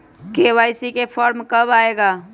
KYC form कब आए गा?